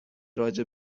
راجع